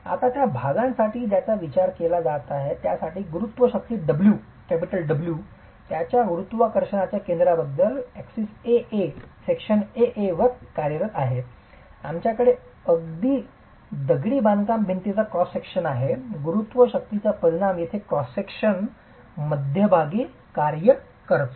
आता त्या भागासाठी ज्याचा विचार केला जात आहे त्या साठी गुरुत्व शक्ती W त्याच्या गुरुत्वाकर्षणाच्या केंद्राबद्दल A A वर कार्य करीत आहे आमच्याकडे दगडी बांधकाम भिंतीचा क्रॉस सेक्शन आहे गुरुत्व शक्तींचा परिणाम तेथे क्रॉस सेक्शन मध्यभागी कार्य करतो